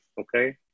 okay